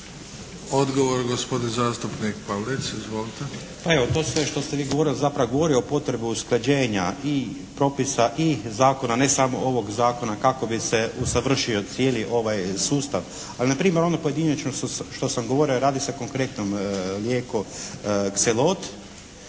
Odgovor gospodin zastupnik Pavlic. Izvolite. **Pavlic, Željko (MDS)** Evo, to sve što ste vi govorili zapravo govori o potrebi usklađenja i propisa i zakona, ne samo ovog Zakona kako bi se usavršio cijeli ovaj sustav, ali npr. ono pojedinačno što sam govorio radi se o konkretnom lijeku Xelot